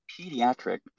pediatric